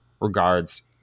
Regards